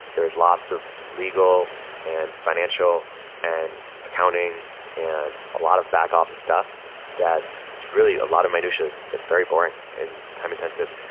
there are lots of legal and fi nancial and accounting and a lot of back-offi ce stuff that it's really a lot of minutiaes that's very boring and time intensive.